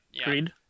Agreed